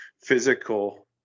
physical